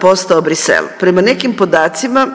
postao Bruxelles. Prema nekim podacima